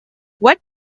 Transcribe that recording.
what